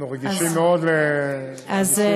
אנחנו רגישים מאוד לעובדים.